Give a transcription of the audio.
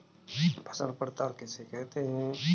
फसल पड़ताल किसे कहते हैं?